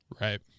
Right